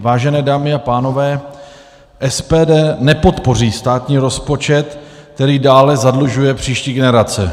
Vážené dámy a pánové, SPD nepodpoří státní rozpočet, který dále zadlužuje příští generace.